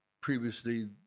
previously